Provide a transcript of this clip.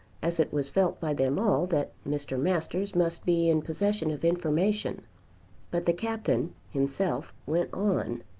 as it was felt by them all that mr. masters must be in possession of information but the captain himself went on.